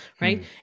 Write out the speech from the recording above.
right